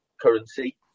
currency